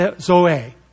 zoe